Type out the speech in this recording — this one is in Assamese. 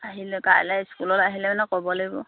আহিলে কাইলৈ স্কুলত আহিলে মানে ক'ব লাগিব